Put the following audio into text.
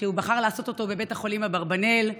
שהוא בחר לעשותו בבית החולים אברבנאל,